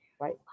right